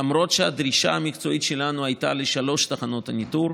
למרות הדרישה המקצועית שלנו לשלוש תחנות ניטור,